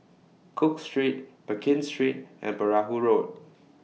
Cook Street Pekin Street and Perahu Road